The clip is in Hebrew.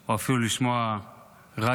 או אפילו לשמוע רדיו,